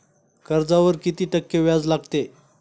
कर्जावर किती टक्के व्याज लागते?